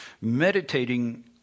meditating